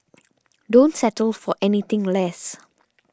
don't settle for anything less